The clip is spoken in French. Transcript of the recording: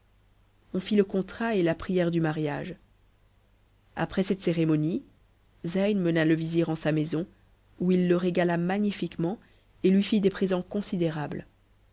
on fit le contrat et la prière du mariage après cette cérémonie zeyn mena le vizir en sa maison où il le régala magnifiquement et lui fit des présents considérables